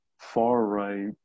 far-right